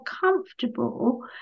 comfortable